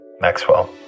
Maxwell